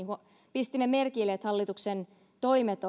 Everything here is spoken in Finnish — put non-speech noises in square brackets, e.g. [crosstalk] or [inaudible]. pistimme merkille että hallituksen toimet [unintelligible]